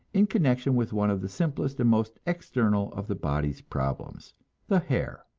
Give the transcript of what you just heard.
in connection with one of the simplest and most external of the body's problems the hair.